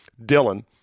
Dylan